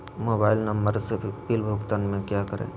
Mobile number से bill भुगतान में क्या करें?